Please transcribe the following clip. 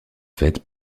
fête